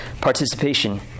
participation